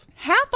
half